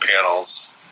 panels